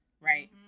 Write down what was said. Right